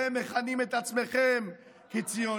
אתם מכנים את עצמכם ציונים,